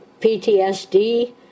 PTSD